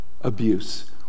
abuse